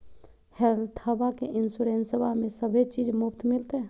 हेल्थबा के इंसोरेंसबा में सभे चीज मुफ्त मिलते?